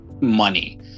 money